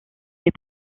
des